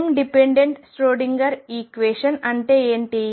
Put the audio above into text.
time dependent Schrodinger equation అంటే ఏమిటి